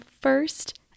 first